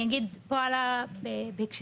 עלה פה הקושי,